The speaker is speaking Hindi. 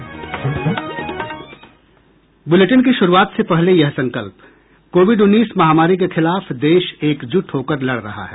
बुलेटिन की शुरूआत से पहले ये संकल्प कोविड उन्नीस महामारी के खिलाफ देश एकजुट होकर लड़ रहा है